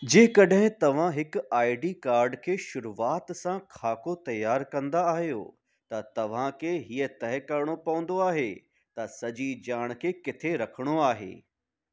जेकॾहिं तव्हां हिकु आई डी काड खे शुरूआति सां ख़ाको तयारु कंदा आहियो त तव्हांखे हीअ तइ करिणो पवंदो त सॼी ॼाण खे किथे रखिणो आहे